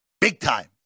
big-time